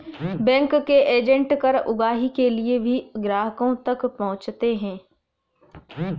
bank के agent कर उगाही के लिए भी ग्राहकों तक पहुंचते हैं